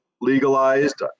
legalized